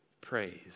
praise